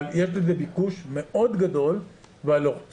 אבל יש לזה ביקוש מאוד גדול והלוחצים